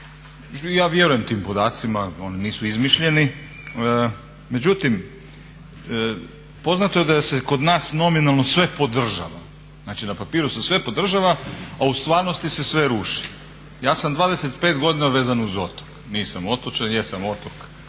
ja vjerujem tim podacima, oni nisu izmišljeni međutim poznato je da se kod nas nominalno sve podržava, znači na papiru se sve podržava a u stvarnosti se sve ruši. Ja sam 25 godina vezan uz otok, nisam otočanin, jesam otok